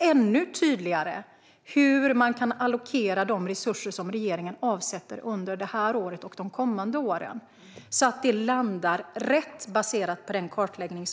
ännu tydligare hur man kan allokera de resurser som regeringen avsätter under detta år och de kommande åren, så att det landar rätt baserat på den kartläggningen.